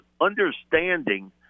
understanding